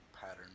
pattern